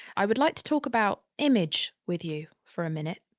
i would like to talk about image with you for a minute.